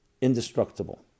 indestructible